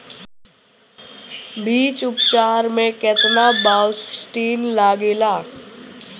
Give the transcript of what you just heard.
बीज उपचार में केतना बावस्टीन लागेला?